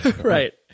Right